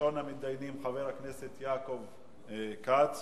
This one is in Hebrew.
ראשון המתדיינים - חבר הכנסת יעקב כץ.